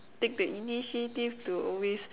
take the initiative to always